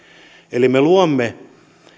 eli me luomme